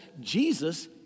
Jesus